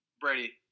Brady